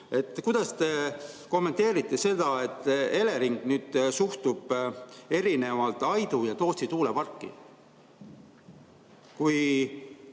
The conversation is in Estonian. Kuidas te kommenteerite seda, et Elering suhtub erinevalt Aidu ja Tootsi tuuleparki?